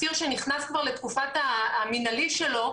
אסיר שנכנס כבר לתקופת המינהלי שלו,